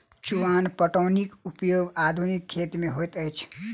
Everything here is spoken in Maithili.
चुआन पटौनीक उपयोग आधुनिक खेत मे होइत अछि